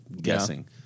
guessing